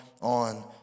on